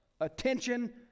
attention